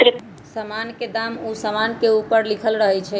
समान के दाम उ समान के ऊपरे लिखल रहइ छै